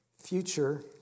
future